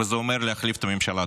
וזה אומר להחליף את הממשלה.